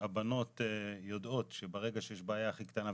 הבנות יודעות שברגע שיש בעיה הכי קטנה,